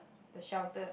the shelter